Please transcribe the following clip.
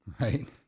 Right